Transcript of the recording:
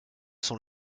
sont